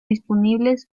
disponibles